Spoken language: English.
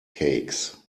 cakes